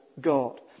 God